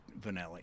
Vanelli